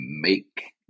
make